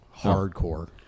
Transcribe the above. Hardcore